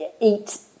eat